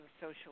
social